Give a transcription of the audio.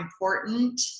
important